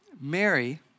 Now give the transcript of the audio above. Mary